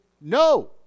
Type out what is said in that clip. no